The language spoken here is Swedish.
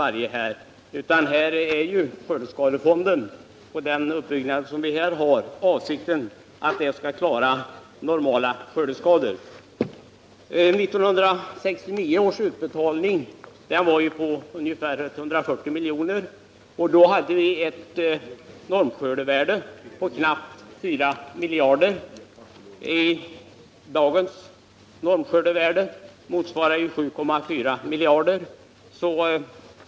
Avsikten med fonden är alltså att den skall klara normala skördeskador. 1969 års utbetalningar uppgick till ungefär 140 milj.kr. Då var skördevärdet knappt 4 miljarder kronor. I dag är det 7,4 miljarder kronor.